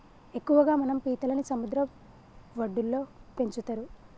ఎక్కువగా మనం పీతలని సముద్ర వడ్డులో పెంచుతరు